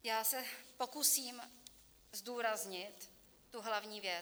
Já se pokusím zdůraznit tu hlavní věc.